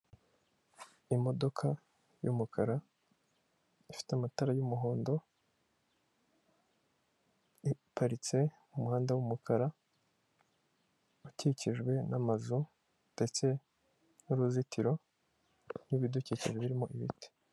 Imodoka y'umukara, ifite amatara y'umuhondo, iparitse mu muhanda w'umukara ukikijwe n'amazu ndetse n'uruzitiro, n'ibidukikije birimo ibiti.